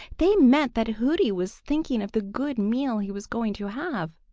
they meant that hooty was thinking of the good meal he was going to have.